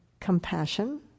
Compassion